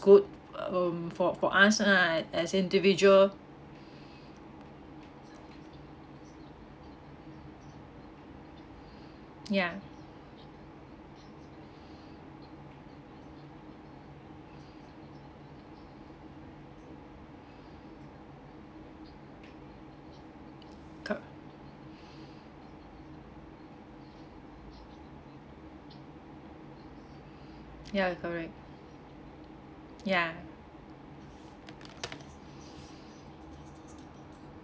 good um for for us ah as individual ya co~ ya correct ya